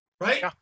right